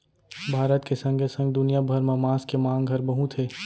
भारत के संगे संग दुनिया भर म मांस के मांग हर बहुत हे